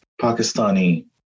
Pakistani